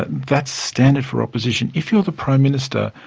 that's standard for opposition. if you're the prime minister,